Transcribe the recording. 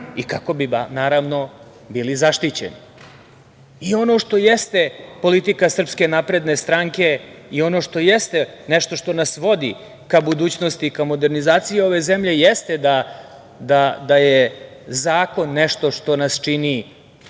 i kako bi, naravno, bili zaštićeni. Ono što jeste politika SNS i ono što jeste nešto što nas vodi ka budućnosti i ka modernizaciji ove zemlje jeste da je zakon nešto što nas čini